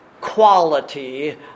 quality